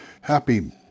Happy